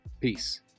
Peace